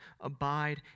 Abide